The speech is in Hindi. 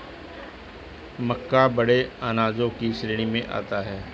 मक्का बड़े अनाजों की श्रेणी में आता है